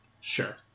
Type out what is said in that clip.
Sure